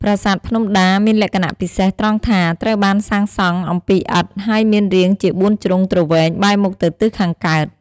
ប្រាសាទភ្នំដាមានលក្ខណៈពិសេសត្រង់ថា ត្រូវបានសាងសង់អំពីឥដ្ឋ ហើយមានរាងជាបួនជ្រុងទ្រវែងបែរមុខទៅទិសខាងកើត។